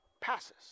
passes